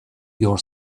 your